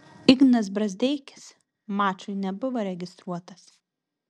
ignas brazdeikis mačui nebuvo registruotas